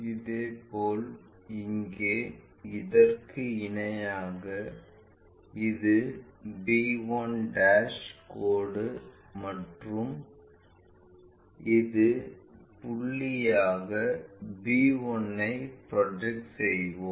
இதேபோல் இங்கே இதற்கு இணையாக இது b1 கோடு மற்றும் இது புள்ளியாக b1 ஐ ப்ராஜெக்ட் செய்வோம்